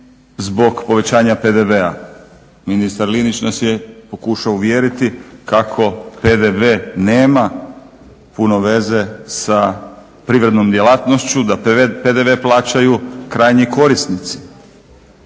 zbog povećanja PDV-a. Ministar Linić nas je pokušao uvjeriti kako PDV nema puno veze sa privrednom djelatnošću, da PDV plaćaju krajnji korisnici.